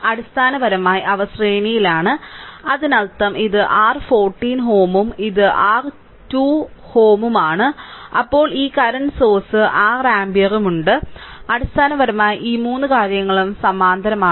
അടിസ്ഥാനപരമായി അവ ശ്രേണിയിലാണ് അതിനർത്ഥം ഇത് r 14Ω ഉം ഇത് r 2Ω ഉം ആണ് ഒപ്പം ഈ കറന്റ് സോഴ്സ് 6 ആമ്പിയറും ഉണ്ട് അടിസ്ഥാനപരമായി ഈ 3 കാര്യങ്ങളും സമാന്തരമാണ്